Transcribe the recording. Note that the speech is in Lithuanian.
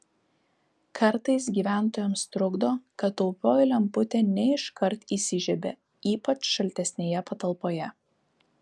kartais gyventojams trukdo kad taupioji lemputė ne iškart įsižiebia ypač šaltesnėje patalpoje